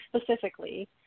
specifically